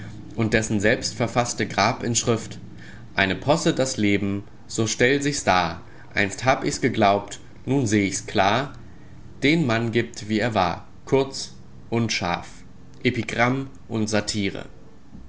und dessen selbstverfaßte grabinschrift eine posse das leben so stellt sich's dar einst hab ich's geglaubt nun seh ich's klar den mann gibt wie er war kurz und scharf epigramm und satire